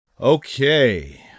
Okay